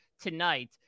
tonight